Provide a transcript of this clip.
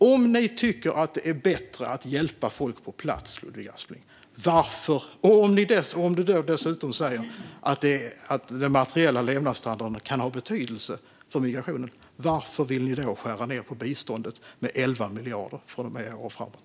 Om ni tycker att det är bättre att hjälpa folk på plats, Ludvig Aspling, och om den materiella levnadsstandarden betyder något för migrationen, varför vill ni skära ned på biståndet med 11 miljarder för det här året och framåt?